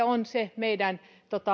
on se meidän